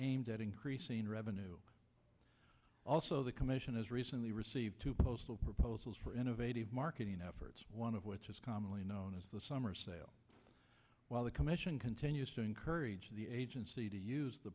aimed at increasing revenue also the commission has recently received two postal proposals for innovative marketing efforts one of which is commonly known as the summer sale while the commission continues encourage the agency to use the